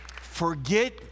forget